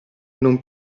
non